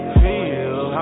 feel